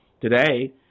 Today